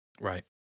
Right